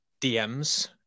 DMs